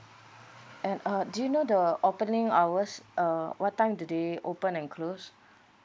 and uh do you know the opening hours uh what time do they open and close